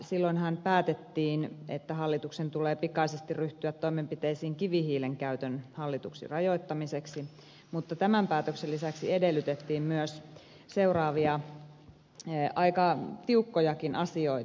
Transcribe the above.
silloinhan päätettiin että hallituksen tulee pikaisesti ryhtyä toimenpiteisiin kivihiilen käytön hallituksi rajoittamiseksi mutta tämän päätöksen lisäksi edellytettiin myös seuraavia aika tiukkojakin asioita